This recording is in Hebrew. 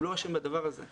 הוא לא אשם בדבר הזה.